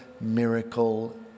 miracle